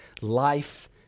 life